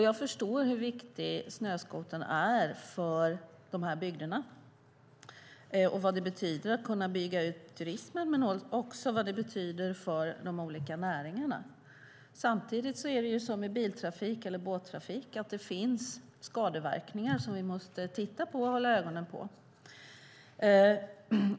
Jag förstår hur viktig snöskotern är för de här bygderna och vad det betyder att kunna bygga ut turismen, men också vad det betyder för de olika näringarna. Samtidigt är det som med biltrafik eller båttrafik att det finns skadeverkningar som vi måste titta närmare på och hålla ögonen på.